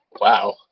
Wow